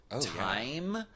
time